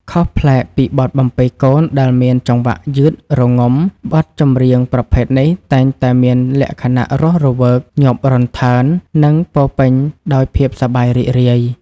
ខុសប្លែកពីបទបំពេកូនដែលមានចង្វាក់យឺតរងំ បទចម្រៀងប្រភេទនេះតែងតែមានលក្ខណៈរស់រវើក ញាប់រន្ថើន និងពោរពេញដោយភាពសប្បាយរីករាយ